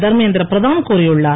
தர்மேந்திர பிரதான் கூறியுள்ளார்